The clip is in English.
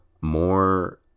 more